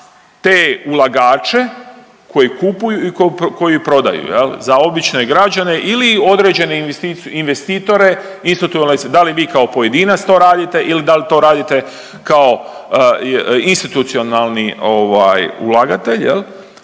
te ulagače koji kupuju i koji prodaju jel za obične građane ili određene investitore …/Govornik se ne razumije./… da li vi kao pojedinac to radite ili da li to radite kao institucionalni ulagatelj jel,